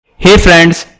hey friends,